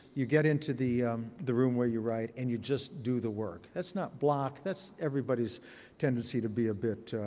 you get into the the room where you write, and you just do the work. that's not block. that's everybody tendency to be a bit,